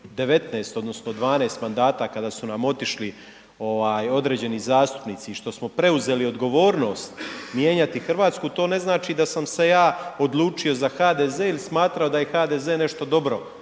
19 odnosno 12 mandata kada su nam otišli određeni zastupnici i što smo preuzeli odgovornost mijenjati RH, to ne znači da sam se ja odlučio za HDZ ili smatrao da je HDZ nešto dobro,